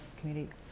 community